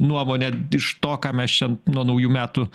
nuomone iš to ką mes čia nuo naujų metų